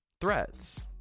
threats